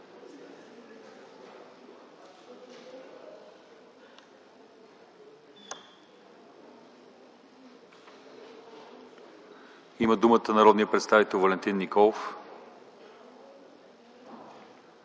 Има думата народният представител Валентин Николов.